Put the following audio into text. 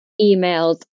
emails